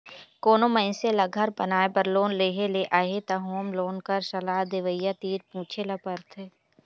कोनो मइनसे ल घर बनाए बर लोन लेहे ले अहे त होम लोन कर सलाह देवइया तीर पूछे ल परथे